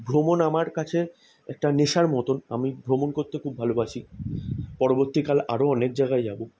ভ্রমণ আমার কাছে একটা নেশার মতন আমি ভ্রমণ করতে খুব ভালোবাসি পরবর্তীকাল আরো অনেক জায়গায় যাব